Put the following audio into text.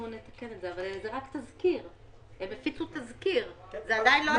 העודפים נמצאים בתזכיר שלהם?